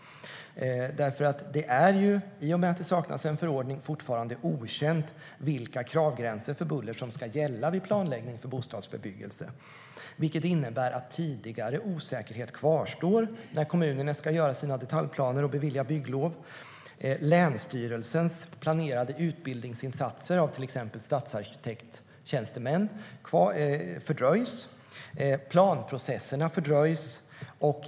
Det är ju, i och med att det saknas en förordning, fortfarande okänt vilka kravgränser för buller som ska gälla vid planläggning av bostadsbebyggelse, vilket innebär att tidigare osäkerhet kvarstår när kommunerna ska göra sina detaljplaner och bevilja bygglov. Länsstyrelsens planerade utbildningsinsatser för till exempel stadsarkitekter fördröjs. Planprocesserna fördröjs.